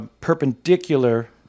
Perpendicular